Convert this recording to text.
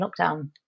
lockdown